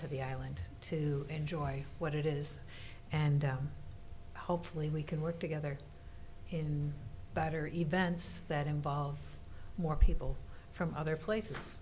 to the island to enjoy what it is and hopefully we can work together in better events that involve more people from other places